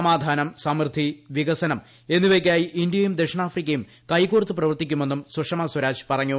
സമാധാനം സമൃദ്ധി വികസനം എന്നിവയ്ക്കായി ഇന്ത്യയും ദക്ഷിണാഫ്രിക്കയും കൈകോർത്ത് പ്രവർത്തിക്കുമെന്നും സുഷമ സ്വരാജ് പറഞ്ഞു